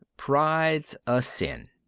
pride's a sin.